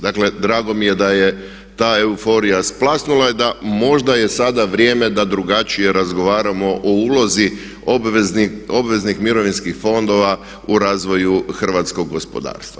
Dakle drago mi je da je ta euforija splasnula i da možda je sada vrijeme da drugačije razgovaramo o ulozi obveznih mirovinskih fondova u razvoju hrvatskog gospodarstva.